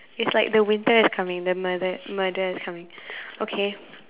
it's like the winter is coming the murder murder is coming okay